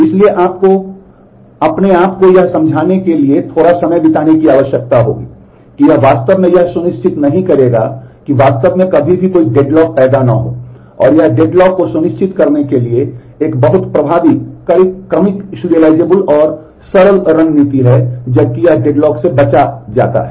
इसलिए आपको अपने आप को यह समझाने के लिए थोड़ा समय बिताने की आवश्यकता होगी कि यह वास्तव में यह सुनिश्चित नहीं करेगा कि वास्तव में कभी भी कोई डेडलॉक से बचा जाता है